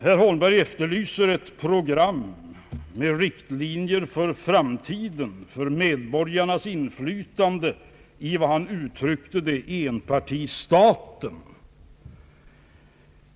Herr Holmberg efterlyste ett program med riktlinjer för framtiden, då det gäller medborgarnas inflytande i vad han kallade enpartistaten.